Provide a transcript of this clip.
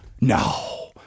No